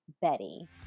Betty